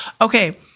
Okay